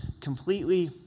completely